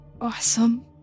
Awesome